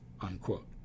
unquote